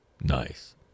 nice